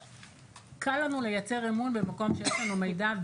קל לנו לייצר אמון במקום שיש לנו מידע.